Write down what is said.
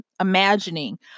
imagining